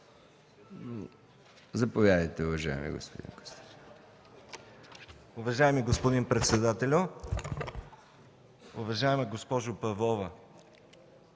Заповядайте, уважаеми господин Костадинов.